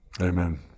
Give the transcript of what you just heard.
Amen